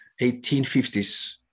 1850s